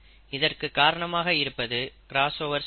இதற்கு காரணமாக இருப்பது கிராஸ்ஓவர் செயல்முறை